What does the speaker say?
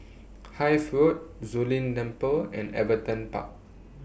Hythe Road Zu Lin Temple and Everton Park